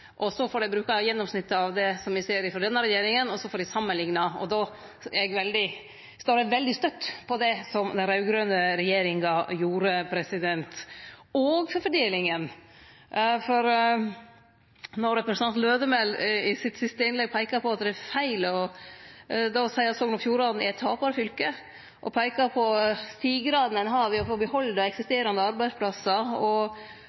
og så får dei bruke gjennomsnittet av det som me ser ifrå denne regjeringa, og så får dei samanlikne. Og da står eg veldig støtt på det som den raud-grøne regjeringa gjorde – og for fordelinga. Representanten Lødemel peiker i sitt siste innlegg på at det er feil å seie at Sogn og Fjordane er eit taparfylke og peiker på sigrane ein har ved å få behalde eksisterande arbeidsplassar og